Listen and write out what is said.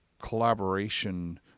collaboration